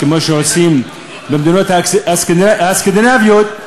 כמו שעושים במדינות הסקנדינביות,